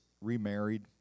remarried